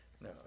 No